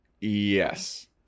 Yes